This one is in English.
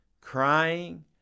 crying